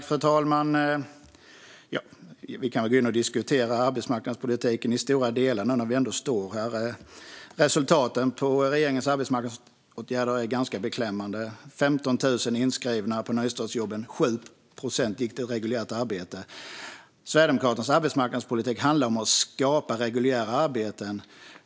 Fru talman! Vi kan gå in och diskutera arbetsmarknadspolitiken i stora delar när vi ändå står här. Resultaten av regeringens arbetsmarknadsåtgärder är ganska beklämmande. Det är 15 000 inskrivna på nystartsjobben, och 7 procent gick till reguljärt arbete. Sverigedemokraternas arbetsmarknadspolitik handlar om att skapa reguljära arbeten.